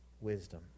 wisdom